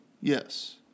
Yes